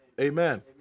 amen